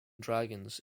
dragons